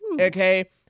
okay